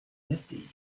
nifty